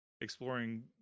exploring